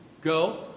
Go